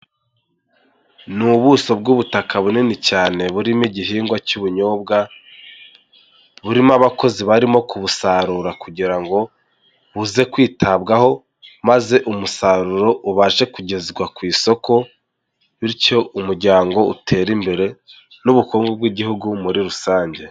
Ni ubuso bw'ubutaka bunini cyane, burimo igihingwa cy'ubunyobwa burimo abakozi barimo kubusarura kugira ngo buze kwitabwaho, maze umusaruro ubashe kugezwa ku isoko, bityo umuryango utere imbere n'ubukungu bw'igihugu muri rusange.